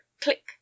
click